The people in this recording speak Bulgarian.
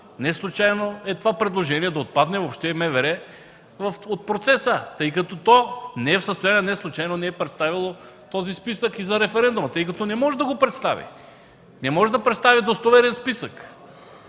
Неслучайно е предложението МВР да отпадне изобщо от процеса, тъй като то не е в състояние и не е представило и списъка за референдума. То не може да го представи, не може да представи достоверен списък.